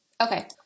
okay